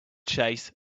chase